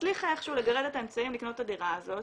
הצליחה איכשהו לגרד את האמצעים לקנות את הדירה הזאת,